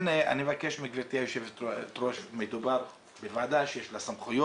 אני חייב לציין שהמנחת המדובר כבר מופיע בגוגל כמנחת שאמור להיות פעיל.